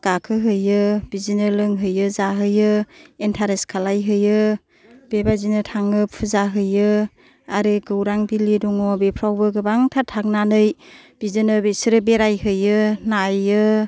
गाखोहैयो बिदिनो लोंहैयो जाहैयो इन्थारेस खालायहैयो बेबादिनो थाङो फुजा हैयो आरो गौरां भेलि दङ बेफ्रावबो गोबांथार थांनानै बिदिनो बिसोरो बेरायहैयो नाइयो